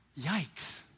Yikes